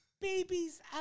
babies